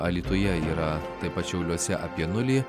alytuje yra taip pat šiauliuose apie nulį